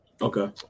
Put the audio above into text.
Okay